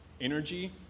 energy